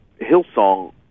Hillsong